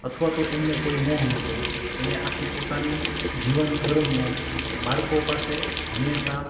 અથવા તો એમને કોઈ મોહ નહોતો એને આખી પોતાની જીવન દરમિયાન બાળકો પાસે હંમેશા